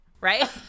Right